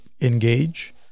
engage